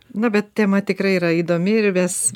nu bet tema tikrai yra įdomi ir ves